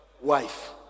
Wife